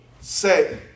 say